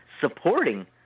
supporting